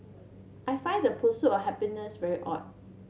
I find the pursuit of happiness very odd